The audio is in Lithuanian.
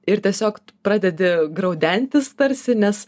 ir tiesiog pradedi graudentis tarsi nes